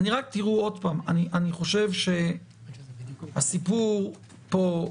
תראו, עוד פעם, אני חושב שהסיפור פה,